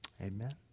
Amen